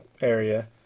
area